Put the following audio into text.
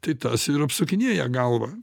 tai tas ir apsukinėja galvą